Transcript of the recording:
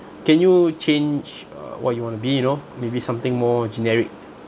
can you change uh what you want to be you know maybe something more generic